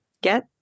get